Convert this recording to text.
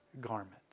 garment